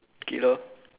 okay lor